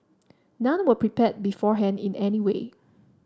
none were prepared beforehand in any way